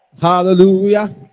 hallelujah